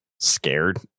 Scared